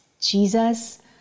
Jesus